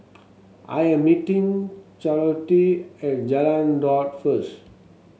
I am meeting Charlottie at Jalan Daud first